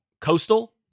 Coastal